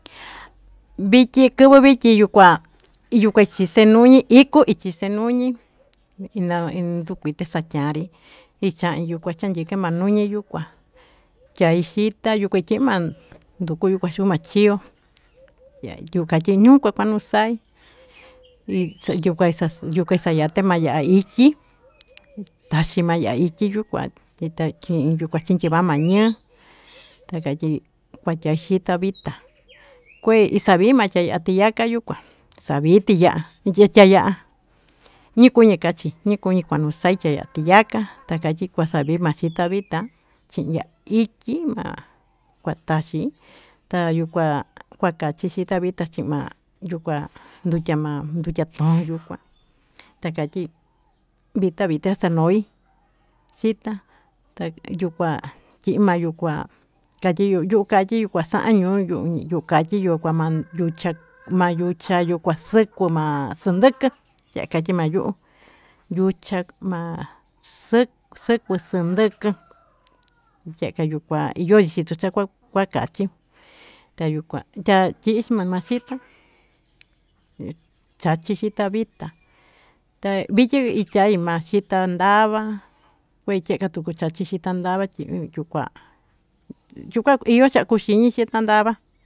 Vityi k+v+ vityi yukua ichise nuñi iku ichise nuñi +na indukuite satyari icha'i chanyike ma nuñi yukua tyai xita tyi'i ma nduku su chio yu'u katyi ñukua kuanusai yukua yukua isayate ma ya'a ityi taxi ma yaya ityi yukua tyi'+n chintyiva ma ñ++ ta katyi kua tyai xita vita kue isari ma tyaya'a tiyaka yukua savi tiya'an tya'an ñi kuñi kachi ñi kuñi kuanusai tyaya'a tiyaka takatyi kuasavi ma xita vita chi'i ya'a ityi ma kua taxi ta yukua kua kachi xita vita chi'i ma yukua ndutya ma ndutya too yukua ta katyi vita sanoi xita ta yukua tyi'i ma yukua katyiyo yu'u katyi sa'an ñuu yu'u katyi yucha s+ku+ ma s+nd+k+ tye'ka katyi ma yu'u yucha ma s+ku´s+nd+k+ tyi'eka iyori chito ñu chakua kachi ta yukua ta tyi'i ma xita chachi xita vitata vityi ityai ma xita ndava kue tyie'ka tuku chachi xita ndava yukua io cha'a kuxiñi ndava.